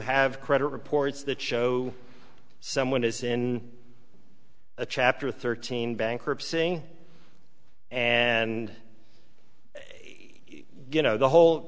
have credit reports that show someone is in a chapter thirteen bankruptcy and you know the whole